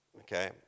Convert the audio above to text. Okay